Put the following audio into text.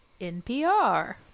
NPR